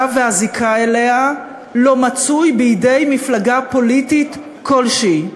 והזיקה אליה לא מצוי בידי מפלגה פוליטית כלשהי.